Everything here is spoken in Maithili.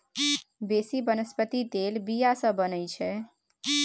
बेसी बनस्पति तेल बीया सँ बनै छै